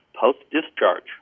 post-discharge